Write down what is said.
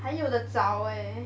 还有的造 eh